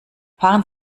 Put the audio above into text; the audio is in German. fahren